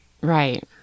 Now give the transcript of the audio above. Right